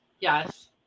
yes